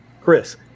Chris